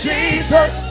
Jesus